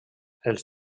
els